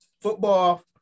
Football